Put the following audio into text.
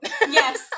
Yes